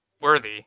worthy